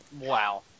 Wow